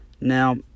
Now